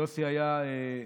יוסי היה צנחן